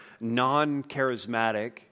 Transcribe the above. non-charismatic